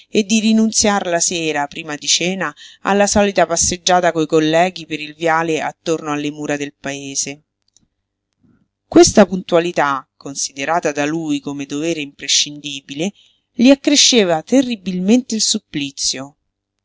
e di rinunziar la sera prima di cena alla solita passeggiata coi colleghi per il viale attorno alle mura del paese questa puntualità considerata da lui come dovere imprescindibile gli accresceva terribilmente il supplizio